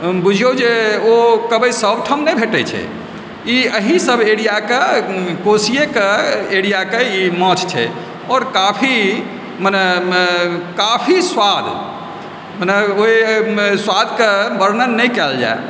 बुझियो जे ओ कबै सभठन नहि भेटै छै ई एहि सभ एरियाके कोसीये के एरियाके ई माछ छै आओर काफी मने काफी स्वाद मने ओहि स्वादके वर्णन नहि कयल जाय